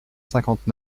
cinquante